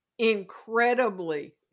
incredibly